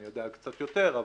אני יודע קצת יותר,